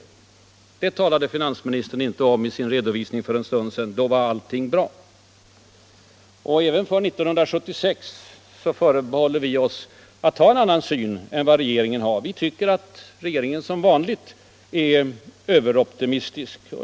Men det talade inte finansministern om i sin redovisning för en stund sedan. Då var allting bra. Även för år 1976 förbehåller vi oss att ha en annan syn än regeringen. Vi tycker att regeringen som vanligt är överoptimistisk.